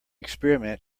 experiment